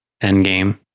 endgame